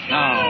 Now